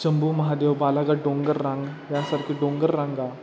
चंबू महादेव बालाघाट डोंगर रांग यासारखे डोंगर रांगा